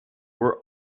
where